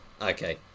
Okay